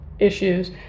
issues